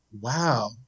wow